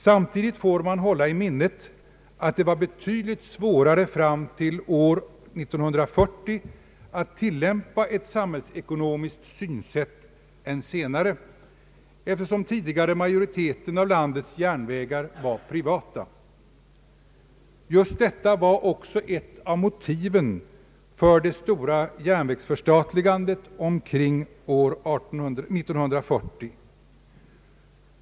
Samtidigt får man hålla i minnet att det var betydligt svårare fram till år 1940 att tilllämpa ett samhällsekonomiskt synsätt än senare, eftersom tidigare majoriteten av landets järnvägar var privata. Just detta var också ett av motiven för det stora järnvägsförstatligandet omkring år 1940.